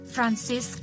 Francis